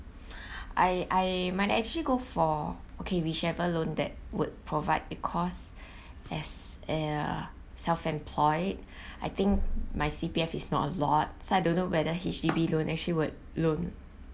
I I might actually go for okay whichever loan that would provide because as a self employed I think my C_P_F is not a lot so I don't know whether H_D_B loan actually will loan